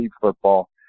football